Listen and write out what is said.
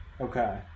okay